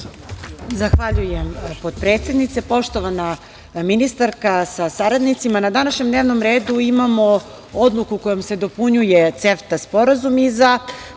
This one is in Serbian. Zahvaljujem, potpredsednice. Poštovana ministarka sa saradnicima, na današnjem dnevnom redu imamo odluku kojom se dopunjuje CEFTA sporazum.